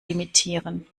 imitieren